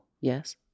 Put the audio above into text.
Yes